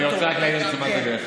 אני רוצה רק להעיר את תשומת ליבך.